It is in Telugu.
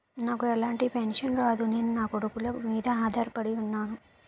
నాకు ఎలాంటి పెన్షన్ రాదు నేను నాకొడుకుల మీద ఆధార్ పడి ఉన్నాను